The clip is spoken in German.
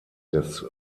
des